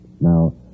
Now